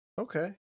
Okay